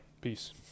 peace